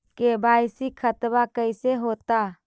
KYC खतबा कैसे होता?